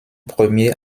premier